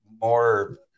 more